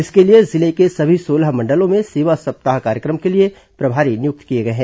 इसके लिए जिले के सभी सोलह मंडलों में सेवा सप्ताह कार्य क्र म के लिए प्रभारी नियुक्त किए गए हैं